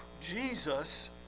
Jesus